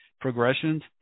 progressions